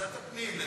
ועדת הפנים.